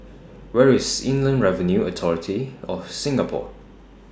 Where IS Inland Revenue Authority of Singapore